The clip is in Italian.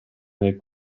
nel